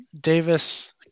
Davis